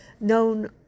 known